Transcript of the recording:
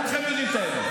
כולכם יודעים את האמת.